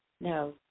No